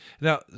Now